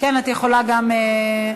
את יכולה גם מהדוכן.